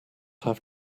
have